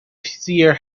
seer